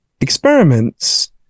experiments